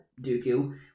Dooku